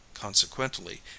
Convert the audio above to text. consequently